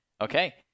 Okay